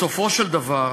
בסופו של דבר